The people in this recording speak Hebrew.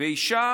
באישה